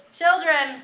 children